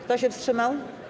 Kto się wstrzymał?